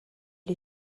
est